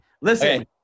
Listen